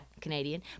Canadian